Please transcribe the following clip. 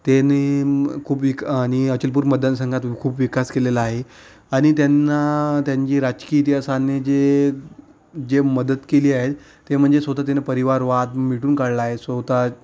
त्यांनी खूप विक आणि अचलपूर मदानसंघातून खूप विकास केलेला आहे आणि त्यांना त्यांची राजकीय इतिहासाने जे जे मदत केली आहे ते म्हणजे स्वतः त्यांनी परिवारवाद मिटून काढलाय स्वतः